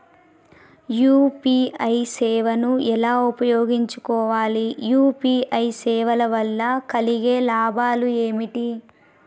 UPI సేవను ఎలా ఉపయోగించు కోవాలి? యూ.పీ.ఐ సేవల వల్ల కలిగే లాభాలు ఏమిటి?